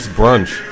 brunch